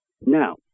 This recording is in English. Now